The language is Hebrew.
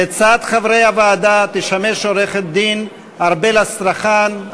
לצד חברי הוועדה תשמש עורכת-דין ארבל אסטרחן,